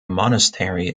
monastery